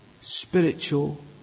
spiritual